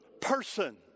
person